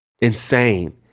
Insane